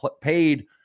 paid